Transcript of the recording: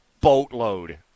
boatload